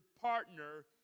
partner